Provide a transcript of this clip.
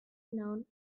known